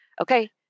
okay